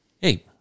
hey